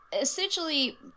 essentially